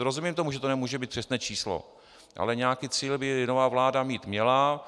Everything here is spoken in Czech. Rozumím tomu, že to nemůže být přesné číslo, ale nějaký cíl by nová vláda mít měla.